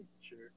Sure